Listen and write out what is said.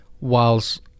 whilst